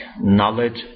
knowledge